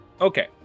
okay